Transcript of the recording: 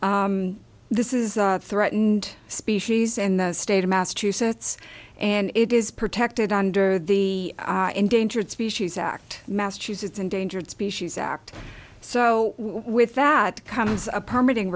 salamander this is a threatened species and the state of massachusetts and it is protected under the endangered species act massachusetts endangered species act so with that kind of a permeating